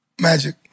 Magic